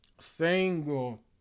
single